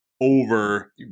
over